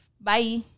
Bye